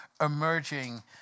emerging